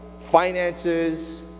finances